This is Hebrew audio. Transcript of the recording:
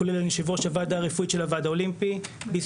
כולל זה שאני יושב-ראש הוועדה רפואית של הוועד האולימפי בישראל,